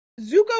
Zuko